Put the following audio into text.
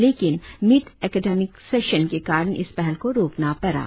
लेकिन mid academic session के कारण इस पहल को रोकना पड़ा